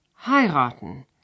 heiraten